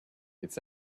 it’s